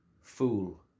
Fool